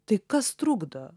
tai kas trukdo